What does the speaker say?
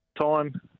time